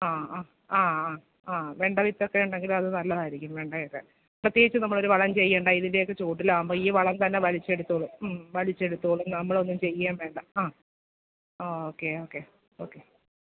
ആ ആ ആ ആ ആ വെണ്ട വിത്തൊക്കെ ഉണ്ടെങ്കിൽ അത് നല്ലതായിരിക്കും വെണ്ടയൊക്കെ പ്രത്യേകിച്ച് നമ്മളൊരു വളവും ചെയ്യേണ്ട ഇതിൻ്റെയൊക്കെ ചുവട്ടിലാവുമ്പം ഈ വളം തന്നെ വലിച്ചെടുത്തോളും മ്മ് വലിച്ചെടുത്തോളും നമ്മളൊന്നും ചെയ്യുകയും വേണ്ട ആ ആ ഓക്കെ ഓക്കെ ഓക്കെ